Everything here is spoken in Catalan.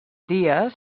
dies